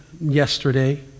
yesterday